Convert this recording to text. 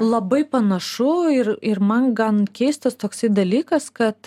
labai panašu ir ir man gan keistas toksai dalykas kad